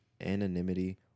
anonymity